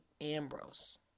Ambrose